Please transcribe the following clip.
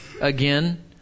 again